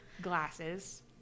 glasses